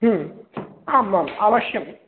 आम् आम् अवश्यम्